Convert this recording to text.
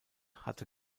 hatte